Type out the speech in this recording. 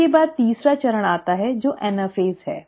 इसके बाद तीसरा चरण आता है जो एनाफेज है